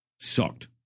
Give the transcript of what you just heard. Sucked